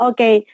Okay